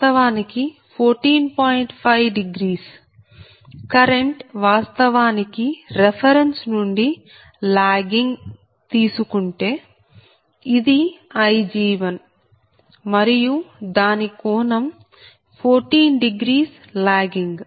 5 current వాస్తవానికి reference నుండి lagging తీసుకుంటే ఇది Ig1మరియు దాని కోణం 14 లాగింగ్